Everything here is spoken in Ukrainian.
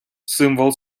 символ